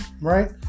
Right